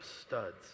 studs